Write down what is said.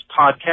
podcast